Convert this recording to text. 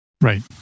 Right